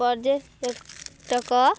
ପର୍ଯ୍ୟଟକ